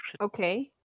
okay